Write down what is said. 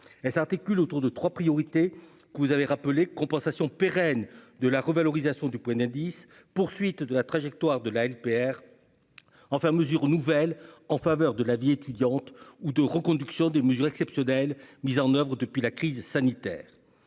s'articule autour de trois priorités, que vous avez rappelées : compensation pérenne de la revalorisation du point d'indice ; poursuite de la trajectoire de la LPR ; mesures nouvelles en faveur de la vie étudiante ou reconduction de mesures exceptionnelles mises en oeuvre depuis la crise sanitaire.